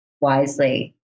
wisely